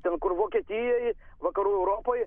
ten kur vokietijoj vakarų europoj